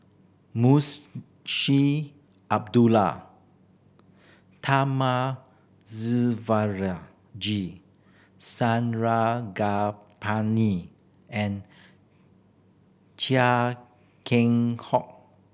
Abdullah Thamizhavel G Sarangapani and Chia Keng Hock